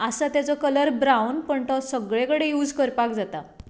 आसा ताजो colour brown पूण तो सगळे कडेन यूज करपाक जाता